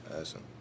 Awesome